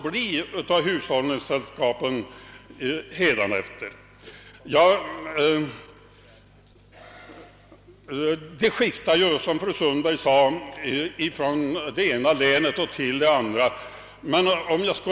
Som fru Sundberg sade skiftar det från det ena länet till det andra.